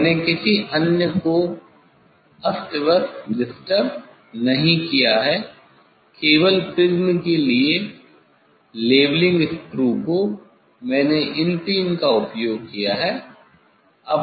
मैंने किसी अन्य को अस्तव्यस्त नहीं किया है केवल प्रिज्म के लिए लेवलिंग स्क्रू को मैंने इन तीन का उपयोग किया है